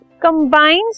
combines